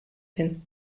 hin